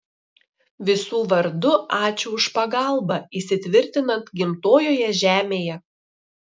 visų vardu ačiū už pagalbą įsitvirtinant gimtojoje žemėje